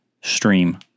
stream